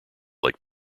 lake